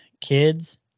kids